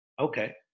Okay